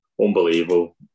unbelievable